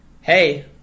Hey